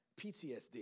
PTSD